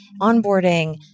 onboarding